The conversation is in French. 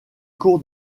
cours